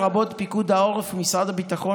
לרבות פיקוד העורף ומשרד הביטחון,